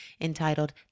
entitled